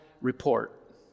report